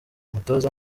umutoza